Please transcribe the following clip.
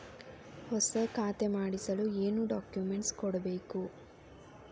ಹೊಸ ಖಾತೆ ಮಾಡಿಸಲು ಏನು ಡಾಕುಮೆಂಟ್ಸ್ ಕೊಡಬೇಕು?